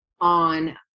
on